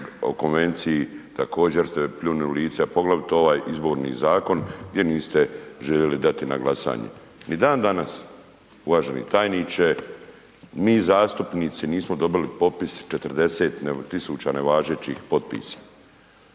o Konvenciji također ste pljunuli u lice a poglavito ovaj Izborni zakon jer niste željeli dati na glasanje. Ni dan danas, uvaženi tajniče, mi zastupnici nismo dobili popis 40 tisuća nevažećih potpisa.